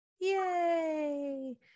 Yay